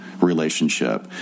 relationship